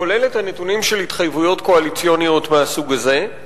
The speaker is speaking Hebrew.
כולל הנתונים של התחייבויות קואליציוניות מהסוג הזה.